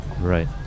right